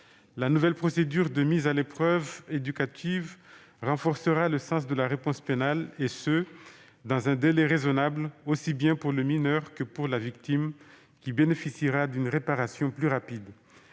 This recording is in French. La nouvelle procédure de mise à l'épreuve éducative renforcera le sens de la réponse pénale, et ce dans un délai raisonnable, aussi bien pour le mineur que pour la victime, qui bénéficiera d'une réparation plus rapide.